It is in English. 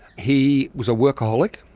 he was a workaholic.